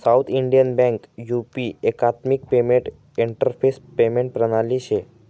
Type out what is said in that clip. south Indian bank UP एकात्मिक payment interface payment प्रणाली शे